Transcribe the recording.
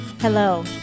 Hello